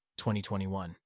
2021